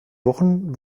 wochen